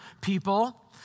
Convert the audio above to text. people